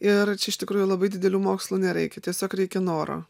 ir čia iš tikrųjų labai didelių mokslų nereikia tiesiog reikia noro